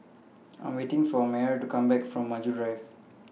I Am waiting For Myer to Come Back from Maju Rive